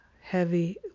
heavy